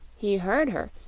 he heard her,